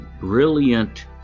brilliant